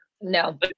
No